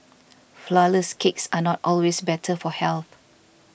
Flourless Cakes are not always better for health